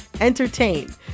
entertain